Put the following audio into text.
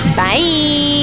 bye